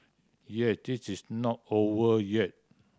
yes it is not over yet